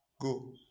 Go